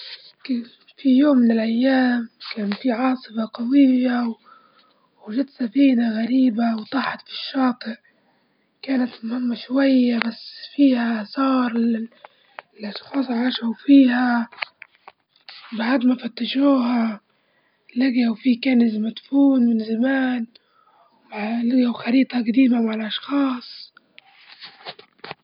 في يوم من الأيام، كان في عاصفة قوية، وجت سفينة غريبة وطاحت في الشاطئ كانت مهمة شوية بس فيها صار الأشخاص عاشوا فيها، بعد ما فتشوها لجيوا فيه كنز مدفون من زمان مع لجيوا خريطة جديمة مع الأشخاص.